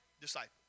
disciple